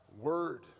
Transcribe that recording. word